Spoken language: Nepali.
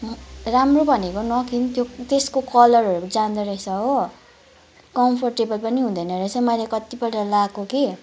राम्रो भनेको नकिन् त्यो त्यसको कलरहरू जाँदोरहेछ हो कम्फोर्टेबल पनि हुँदैन रहेछ मैले कतिपल्ट लगाएको कि